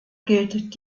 gilt